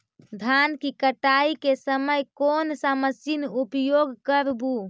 धान की कटाई के समय कोन सा मशीन उपयोग करबू?